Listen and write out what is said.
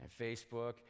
Facebook